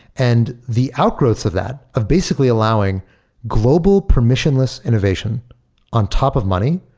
and the outgrowths of that, of basically allowing global permissionless innovation on top of money,